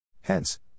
Hence